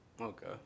Okay